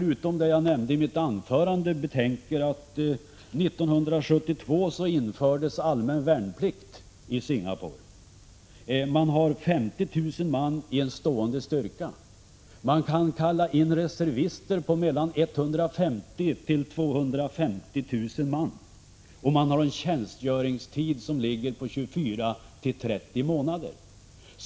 Utom det jag nämnde i mitt anförande bör man betänka att det 1972 infördes allmän värnplikt i Singapore, att man har 50 000 man i en stående styrka, att man kan kalla in reservister på 150 000-200 000 man och att man har en tjänstgöringstid på 24—30 månader.